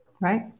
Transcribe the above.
Right